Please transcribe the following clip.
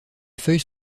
feuilles